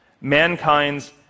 mankind's